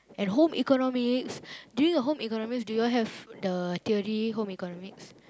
and home-economics during the home-economics do you have the theory home-economics